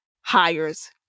hires